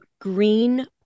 green